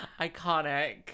iconic